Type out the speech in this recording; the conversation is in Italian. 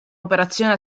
operazione